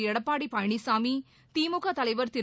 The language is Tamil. எடப்பாடி பழனிசாமி திமுக தலைவர் திரு